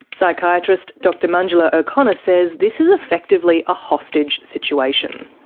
psychiatrist dr manjula o'connor says this is effectively a hostage situation.